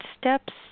steps